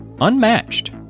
unmatched